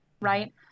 right